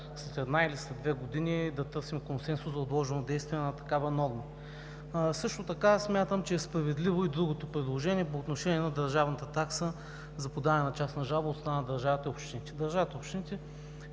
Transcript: след една или след две години да търсим консенсус за отложено действие на такава норма. Също така смятам, че е справедливо и другото предложение по отношение на държавната такса за подаване на частна жалба от страна на държавата и общините. Държавата и общините